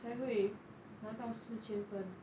才会拿到四千分